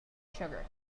sugar